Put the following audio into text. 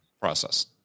process